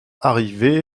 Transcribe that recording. arrivé